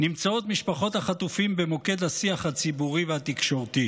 נמצאות משפחות החטופים במוקד השיח הציבורי והתקשורתי.